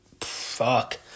fuck